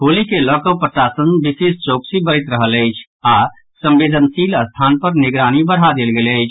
होली के लऽकऽ प्रशासन विशेष चौकसी बरैत रहल अछि आओर संवेदनशील स्थान पर निगरानी बढ़ा देल गेल अछि